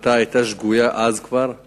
שההחלטה היתה שגויה כבר אז.